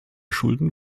schulden